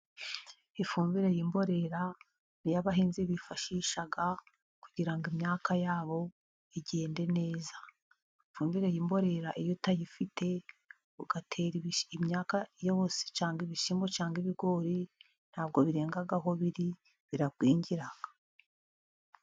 Ifumbire y'imborera ni yo abahinzi bifashisha kugira ngo imyaka yabo igende neza. Ifumbire y'imborera iyo utayifite ugatera imyaka yose cyangwa ibishyimbo, cyangwa ibigori, nta bwo birenga aho biri, biragwingira.